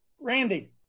Randy